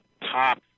top